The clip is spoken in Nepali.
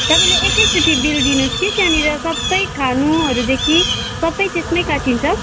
तपाईँले एकैचोटी बिल दिनुहोस् कि त्यहाँनिर सबै खानुहरूदेखि सबै त्यसमै काटिन्छ